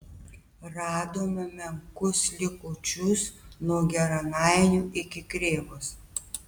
radome menkus likučius nuo geranainių iki krėvos